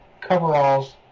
coveralls